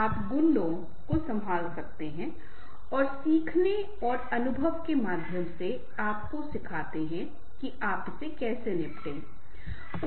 आप गुंडों को संभाल सकते हैं और सीखने और अनुभव के माध्यम से आपको सिखाते हैं कि आप कैसे निपटेंगे